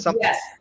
Yes